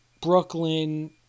brooklyn